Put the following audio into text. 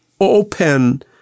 open